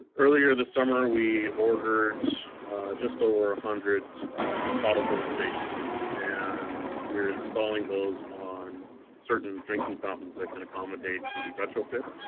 earlier this summer we ordered just over one ah hundred bottle filling stations and we're installing those on certain drinking fountains that can accommodate the retrofit.